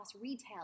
retail